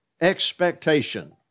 expectation